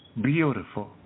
Beautiful